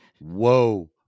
whoa